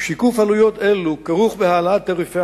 שיקוף עלויות אלה כרוך בהעלאת תעריפי